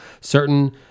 certain